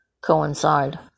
coincide